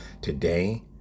today